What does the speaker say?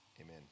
amen